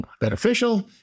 beneficial